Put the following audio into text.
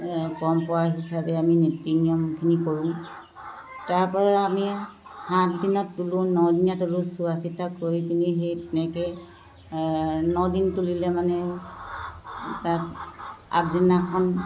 পৰম্পৰা হিচাপে আমি নীতি নিয়মখিনি কৰোঁ তাৰপৰা আমি সাতদিনত তোলোঁ নদিনীয়া তোলোঁ চোৱা চিতা কৰি পিনি সেই তেনেকৈ নদিনত তুলিলে মানে তাত আগদিনাখন